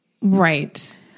Right